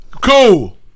Cool